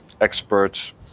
experts